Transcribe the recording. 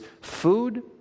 food